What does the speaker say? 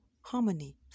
Harmony